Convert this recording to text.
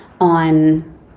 on